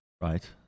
Right